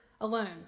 alone